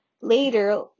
Later